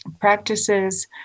practices